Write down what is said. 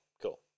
Cool